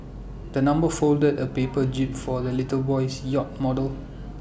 the number folded A paper jib for the little boy's yacht model